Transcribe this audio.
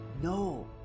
No